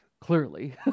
clearly